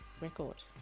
record